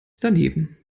daneben